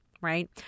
right